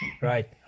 Right